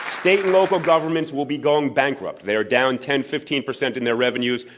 state and local governments will be going bankrupt. they are down ten, fifteen percent in their revenues.